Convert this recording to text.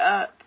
up